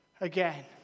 again